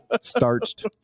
Starched